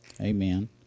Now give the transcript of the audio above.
Amen